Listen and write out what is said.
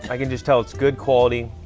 i can just tell it's good quality,